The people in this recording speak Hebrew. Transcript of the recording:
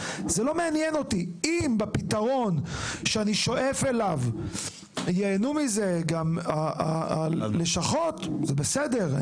אם מהפתרון שאני שואף אליו ייהנו גם הלשכות זה בסדר,